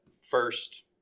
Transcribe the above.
first